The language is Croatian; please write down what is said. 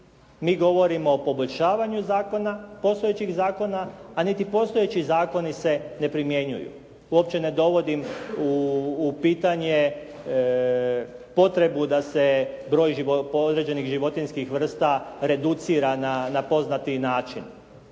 Mi govorimo o poboljšavanju postojećih zakona a niti postojeći zakoni se ne primjenjuju. Uopće ne dovodim u pitanje potrebu da se broj određenih životinjskih vrsta reducira na poznati način.